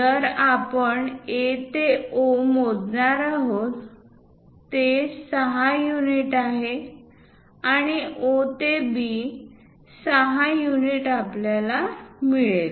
जर आपण A ते O अंतर मोजणार आहोत ते 6 युनिट आहे आणि O ते B 6 युनिट आपल्याला मिळेल